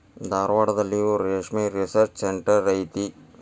ಧಾರವಾಡದಲ್ಲಿಯೂ ರೇಶ್ಮೆ research centre ಐತಿ